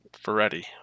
Ferretti